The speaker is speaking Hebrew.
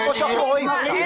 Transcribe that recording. אין שום תמריץ לבוא לנתניה.